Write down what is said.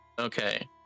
Okay